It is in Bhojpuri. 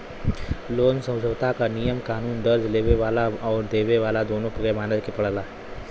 लोन समझौता क नियम कानून कर्ज़ लेवे वाला आउर देवे वाला दोनों के माने क पड़ला